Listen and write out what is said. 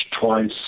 twice